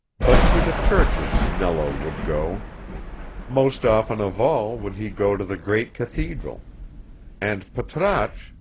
but to the churches nello would go most often of all would he go to the great cathedral and patrasche,